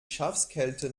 schafskälte